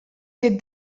ket